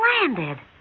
landed